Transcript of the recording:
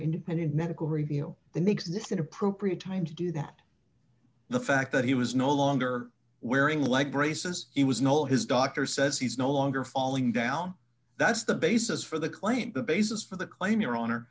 independent medical review that makes this an appropriate time to do that the fact that he was no longer wearing like braces he was nil his doctor says he's no longer falling down that's the basis for the claim the basis for the claim your